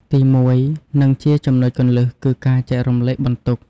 ទីមួយ និងជាចំណុចគន្លឹះ គឺ ការចែករំលែកបន្ទុក។